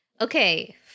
Okay